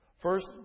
First